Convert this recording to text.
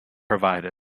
provided